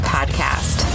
Podcast